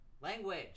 Language